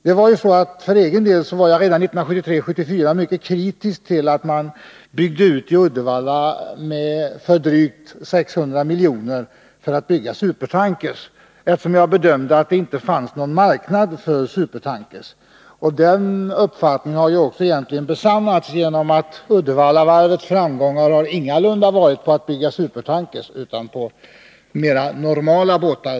För egen del var jag redan 1973-1974 mycket kritisk till att man byggde ut i Uddevalla för drygt 600 milj.kr. för att bygga supertankers, eftersom jag bedömde att det inte fanns någon marknad för supertankers. Denna min uppfattning har också besannats, genom att Uddevallavarvets framgångar ingalunda har kommit i samband med bygge av supertankers utan av mera normala båtar.